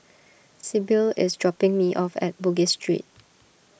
Sibyl is dropping me off at Bugis Street